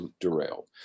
derailed